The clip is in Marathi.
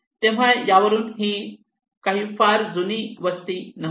तेव्हा यावरून ही काही फार जूनी वस्ती नव्हती